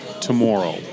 tomorrow